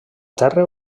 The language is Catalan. terra